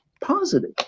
positive